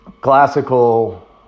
classical